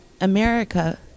America